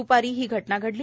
द्रपारी ही घटना घडली